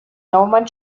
naumann